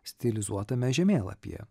stilizuotame žemėlapyje